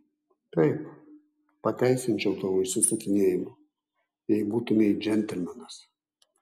taip pateisinčiau tavo išsisukinėjimą jei būtumei džentelmenas